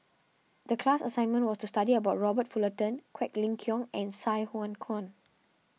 the class assignment was to study about Robert Fullerton Quek Ling Kiong and Sai Hua Kuan